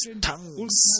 tongues